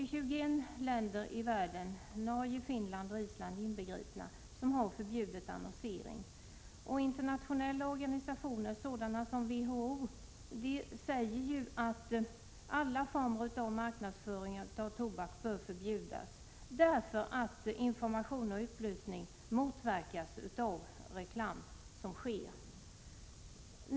I 21 länder i världen — Norge, Finland och Island inbegripna — har man förbjudit annonsering i detta sammanhang. Internationella organisationer, t.ex. WHO, säger att alla former av marknadsföring av tobak bör förbjudas, därför att information och upplysning motverkas av den reklam som sker.